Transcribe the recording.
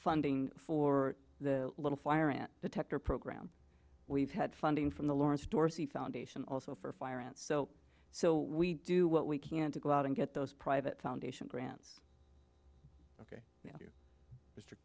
funding for the little fire ant detector program we've had funding from the lawrence dorsey foundation also for fire ants so so we do what we can to go out and get those private foundation grant